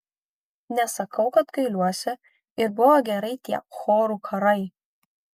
nesakau kad gailiuosi ir buvo gerai tie chorų karai